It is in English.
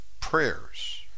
prayers